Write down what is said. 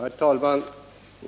Herr talman!